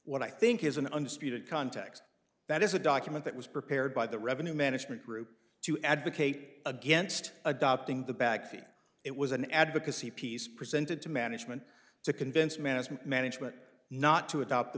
what i think is an unstated context that is a document that was prepared by the revenue management group to advocate against adopting the backing it was an advocacy piece presented to management to convince management management not to adopt